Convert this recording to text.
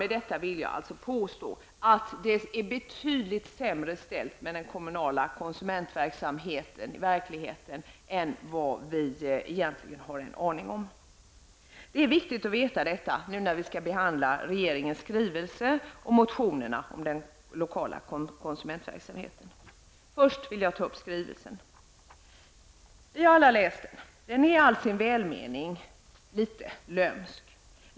Med detta vill jag alltså påstå att det är betydligt sämre ställt med den kommunala konsumentverksamheten i verkligheten än vi egentligen har en aning om. Det är viktigt att veta detta nu när vi skall behandla regeringens skrivelse och motionerna om den lokala konsumentverksamheten. Först vill jag ta upp skrivelsen. Vi har alla läst den. Den är i all sin välmening litet lömsk.